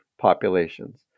populations